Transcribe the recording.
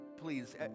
Please